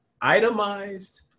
itemized